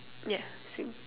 yeah same